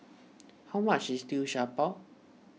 how much is Liu Sha Bao